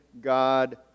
God